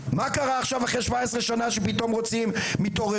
מה קרה עכשיו אחרי 17 שנה שפתאום רוצים מתעוררים?